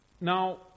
Now